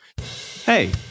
Hey